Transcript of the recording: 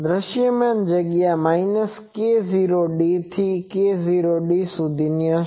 દૃશ્યમાન જગ્યા થી k0d સુધીની હશે